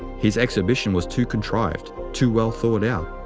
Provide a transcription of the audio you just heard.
his exhibition was too contrived, too well thought out.